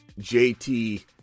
JT